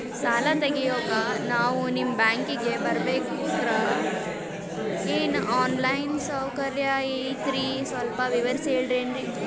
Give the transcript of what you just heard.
ಸಾಲ ತೆಗಿಯೋಕಾ ನಾವು ನಿಮ್ಮ ಬ್ಯಾಂಕಿಗೆ ಬರಬೇಕ್ರ ಏನು ಆನ್ ಲೈನ್ ಸೌಕರ್ಯ ಐತ್ರ ಸ್ವಲ್ಪ ವಿವರಿಸಿ ಹೇಳ್ತಿರೆನ್ರಿ?